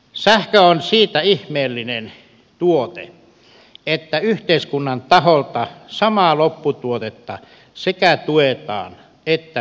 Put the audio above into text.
sähkö on siitä ihmeellinen tuote että yhteiskunnan taholta samaa lopputuotetta sekä tuetaan että verotetaan